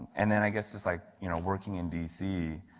and then i guess just like you know working in dc,